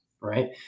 right